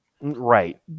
Right